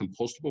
compostable